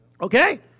okay